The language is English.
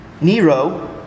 Nero